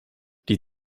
die